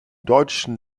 deutschen